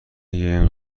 این